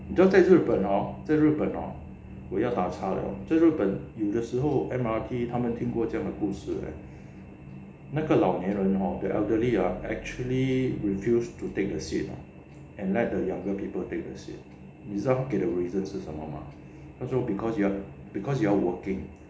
在日本 hor 在日本 hor 我要打插了在日本有的时候 M_R_T 他们经过这样的故事 leh 那个老年人 hor the elderly ah actually refuse to take the seat ah and let the younger people take the seat 你知道他给的 reason 是什么吗他说 because ya you all working